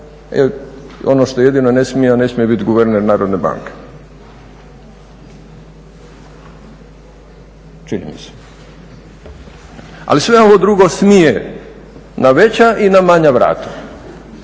ono što jedino ne smije, a ne smije biti guverner Narodne banke, čini mi se. Ali sve ovo drugo smije, na veća ili na manja vrata,